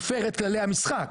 מפר את כללי המשחק,